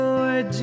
Lord